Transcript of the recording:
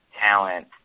talent